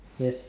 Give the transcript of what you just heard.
yes